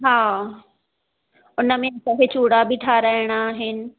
हा उन में ॾह चूड़ा बि ठाहिराइणा आहिनि